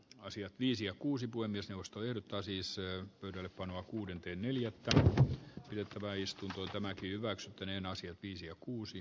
asiat viisi ja kuusi poimisi ostoja tai siis se on vanha kuudenteen neljättä yötä väistyvä tuote määkivät ennen asiat viisi ja kuusi